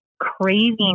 crazy